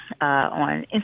on